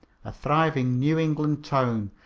a thriving new england town,